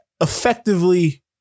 effectively